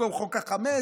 במקום חוק החמץ,